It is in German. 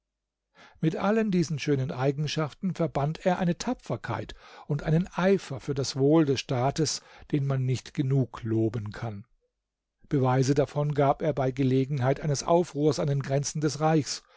mit allen diesen schönen eigenschaften verband er eine tapferkeit und einen eifer für das wohl des staats den man nicht genug loben kann beweise davon gab er bei gelegenheit eines aufruhrs an den grenzen des reichs